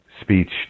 speech